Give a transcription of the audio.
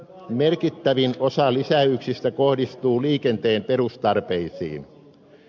merkittävin osa lisäyksistä kohdistuu liikenteen perustarpeisiin